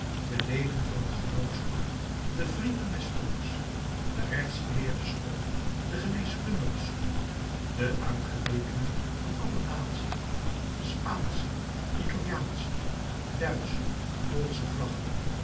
de leden van het genootschap de vrienden des volks de rechtsgeleerde school de geneeskundige school de uitgewekenen van alle natiën spaansche italiaansche duitsche poolsche vlaggen